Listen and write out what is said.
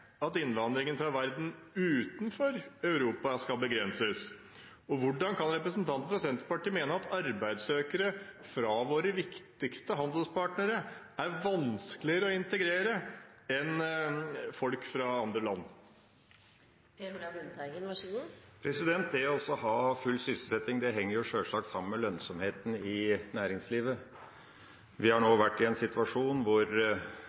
at innvandringen fra verden utenfor Europa skal begrenses. Hvordan kan representanten fra Senterpartiet mene at arbeidssøkere fra våre viktigste handelspartnere er vanskeligere å integrere enn folk fra andre land? Det å ha full sysselsetting henger sjølsagt sammen med lønnsomheten i næringslivet. Vi har nå vært i en situasjon hvor